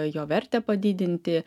jo vertę padidinti